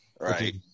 Right